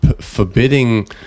forbidding